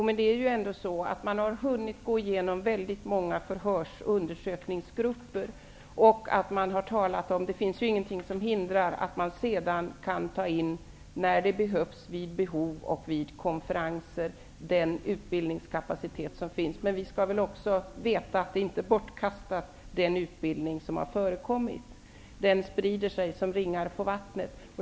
Herr talman! Man har ändå hunnit gå igenom detta i väldigt många förhörs och undersökningsgrupper. Det finns ju inget som hindrar att man senare vid behov, t.ex. vid konferenser, tar hjälp av den utbildningskapacitet som finns. Vi skall veta att den utbildning som förekommit inte är bortkastad. Den sprider sig som ringar på vattnet.